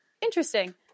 interesting